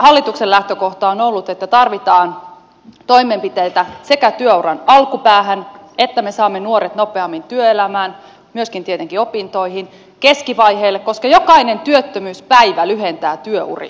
hallituksen lähtökohta on ollut että tarvitaan toimenpiteitä sekä työuran alkupäähän että me saamme nuoret nopeammin työelämään myöskin tietenkin opintoihin ja keskivaiheelle koska jokainen työttömyyspäivä lyhentää työuria